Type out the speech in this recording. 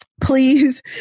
please